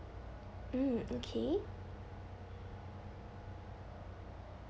mm okay